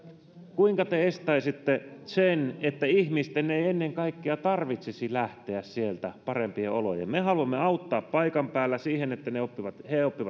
kuinka te estäisitte sen että ihmisten ei ennen kaikkea tarvitsisi lähteä sieltä parempiin oloihin me me haluamme auttaa paikan päällä siinä että he oppivat